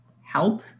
help